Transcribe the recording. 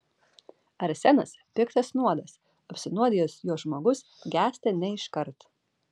arsenas piktas nuodas apsinuodijęs juo žmogus gęsta ne iškart